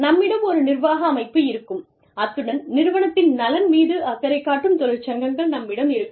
நம்மிடம் ஒரு நிர்வாக அமைப்பு இருக்கும் அத்துடன் நிறுவனத்தின் நலன் மீது அக்கறை காட்டும் தொழிற்சங்கங்கள் நம்மிடம் இருக்கும்